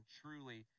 truly –